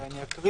אני אקרא